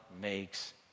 makes